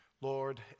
Lord